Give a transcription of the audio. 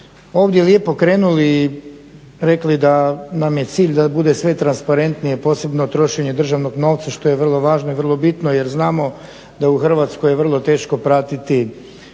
ovdje lijepo krenuli, rekli da nam je cilj da bude sve transparentnije posebno trošenje državnog novca što je vrlo važno i vrlo bitno jer znamo da u Hrvatskoj je vrlo teško pratiti